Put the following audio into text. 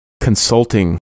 consulting